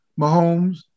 Mahomes